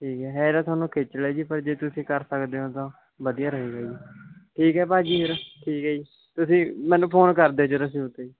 ਠੀਕ ਹੈ ਹੈ ਤਾਂ ਤੁਹਾਨੂੰ ਖੇਚਲ ਹੈ ਜੀ ਪਰ ਜੇ ਤੁਸੀਂ ਕਰ ਸਕਦੇ ਹੋ ਤਾਂ ਵਧੀਆ ਰਹੂੰਗਾ ਜੀ ਠੀਕ ਹੈ ਭਾਅ ਜੀ ਫਿਰ ਠੀਕ ਹੈ ਤੁਸੀਂ ਮੈਨੂੰ ਫੋਨ ਕਰ ਦਿਓ ਜਦ ਸਿਉਂਤੇ